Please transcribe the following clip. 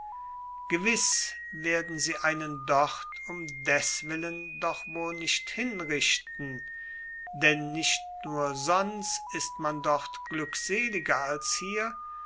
gewiß werden sie einen dort um deswillen doch wohl nicht hinrichten denn nicht nur sonst ist man dort glückseliger als hier